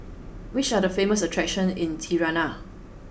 which are the famous attractions in Tirana